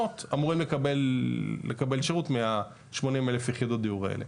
אמורים לקבל שירות מ-80,000 יחידות הדיור האלה.